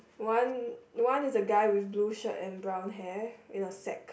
one one is a guy with blue shirt and brown hair in a sack